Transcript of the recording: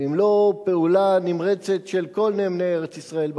ואם לא פעולה נמרצת של כל נאמני ארץ-ישראל בכנסת,